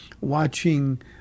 watching